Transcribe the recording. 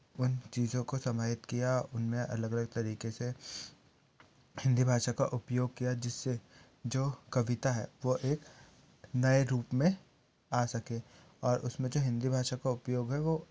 उन चीज़ों को समाहित किया उनमें अलग अलग तरीके से हिन्दी भाषा का प्रयोग किया जिससे जो कविता है वो एक नए रूप में आ सके और उसमें जो हिन्दी भाषा को उपयोग है वो